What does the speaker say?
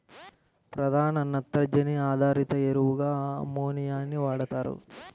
ప్రధాన నత్రజని ఆధారిత ఎరువుగా అమ్మోనియాని వాడుతారు